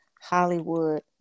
Hollywood